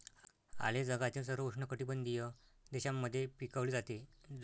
आले हे जगातील सर्व उष्णकटिबंधीय देशांमध्ये पिकवले जाते